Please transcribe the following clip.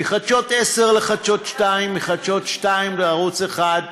מחדשות 10 לחדשות 2, מחדשות 2 לערוץ 1,